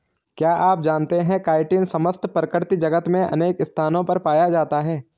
क्या आप जानते है काइटिन समस्त प्रकृति जगत में अनेक स्थानों पर पाया जाता है?